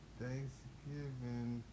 thanksgiving